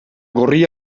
gorri